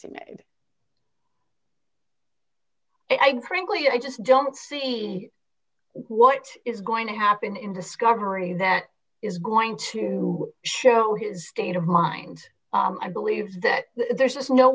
and i grant lee i just don't see what is going to happen in discovery that is going to show his state of mind i believe that there's just no